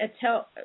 tell